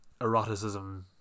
eroticism